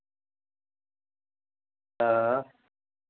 हां